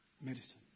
medicine